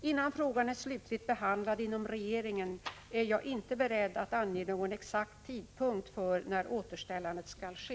Innan frågan är slutligt behandlad inom regeringen är jag inte beredd att ange någon exakt tidpunkt för när återställandet skall ske.